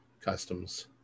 customs